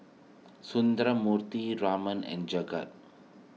Sundramoorthy Raman and Jagat